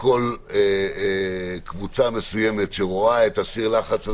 וכל קבוצה מסוימת שרואה את הסיר לחץ הזה,